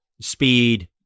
speed